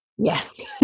Yes